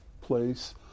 place